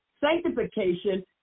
sanctification